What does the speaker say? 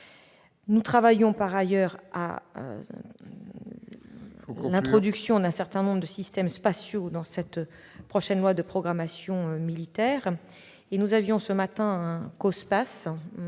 Nous travaillons par ailleurs à l'introduction d'un certain nombre de systèmes spatiaux dans la prochaine loi de programmation militaire. J'ai participé ce matin à une